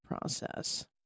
process